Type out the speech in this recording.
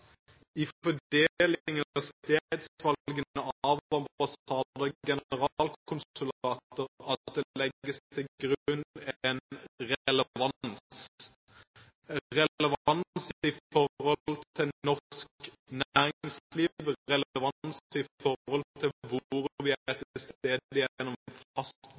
i fordelingen av og stedsvalgene for ambassader og generalkonsulater legges til grunn relevans i forhold til norsk næringsliv, relevans i forhold til hvor vi er til stede